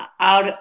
out